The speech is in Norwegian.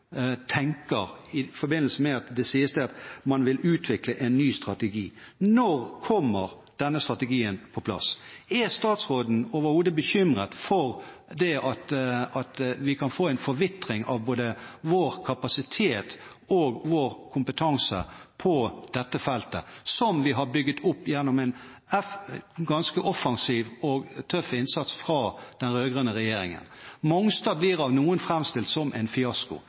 tenker i forbindelse med at det sies at man vil utvikle en ny strategi. Når kommer denne strategien på plass? Er statsråden overhodet bekymret for at vi kan få en forvitring av både vår kapasitet og vår kompetanse på dette feltet, som vi har bygd opp gjennom en ganske offensiv og tøff innsats fra den rød-grønne regjeringen? Mongstad blir av noen framstilt som en fiasko.